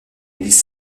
église